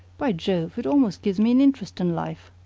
by jove! it almost gives me an interest in life!